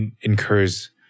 incurs